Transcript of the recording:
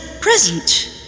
present